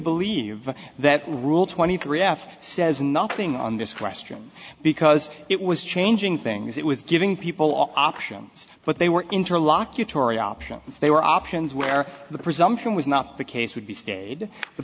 believe that rule twenty three f says nothing on this question because it was changing things it was giving people options but they were interlocutory options they were options where the presumption was not the case would be stayed the